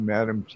Madam